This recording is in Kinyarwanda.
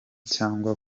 cyangwa